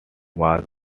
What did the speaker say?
was